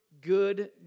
good